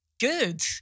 good